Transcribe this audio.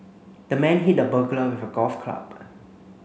the man hit the burglar with a golf club